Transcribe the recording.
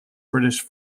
british